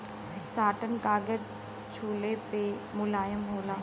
satin कागज छुले पे मुलायम होला